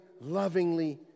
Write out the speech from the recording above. lovingly